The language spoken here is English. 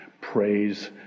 Praise